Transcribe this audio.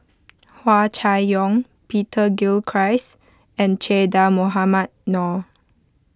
Hua Chai Yong Peter Gilchrist and Che Dah Mohamed Noor